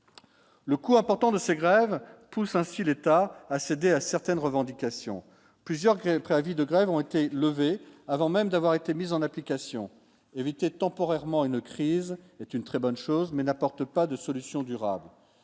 Le coût important de ces grèves, si l'État a cédé à certaines revendications. Plusieurs grèves préavis de grève ont été levés avant même d'avoir été mis en application éviter temporairement une crise est une très bonne chose, mais n'apporte pas de solution durable,